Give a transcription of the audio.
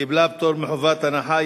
קיבלה פטור מחובת הנחה.